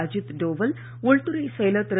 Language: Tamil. அஜித் டோவல் உள்துறைச் செயலர் திரு